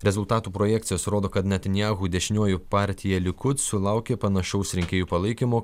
rezultatų projekcijos rodo kad netanyahu dešiniųjų partija likud sulaukė panašaus rinkėjų palaikymo